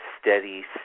steady